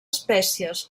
espècies